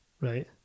Right